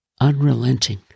unrelenting